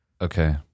Okay